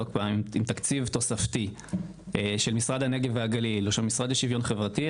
אם תקציב תוספתי של משרד הנגב והגליל או של המשרד לשוויון חברתי,